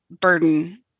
burden